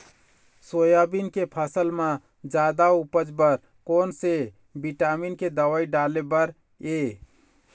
Soybean के फसल म जादा उपज बर कोन से विटामिन के दवई डाले बर ये?